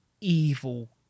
evil